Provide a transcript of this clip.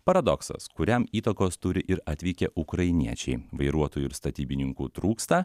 paradoksas kuriam įtakos turi ir atvykę ukrainiečiai vairuotojų ir statybininkų trūksta